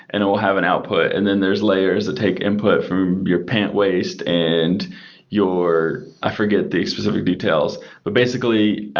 and it will have an output. and then there's layers that take input from your pant waist and your i forgot the specific details. but basically,